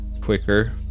quicker